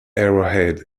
arrowhead